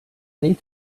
need